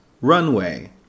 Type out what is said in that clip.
runway